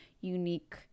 unique